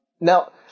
now